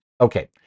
okay